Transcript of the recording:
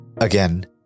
Again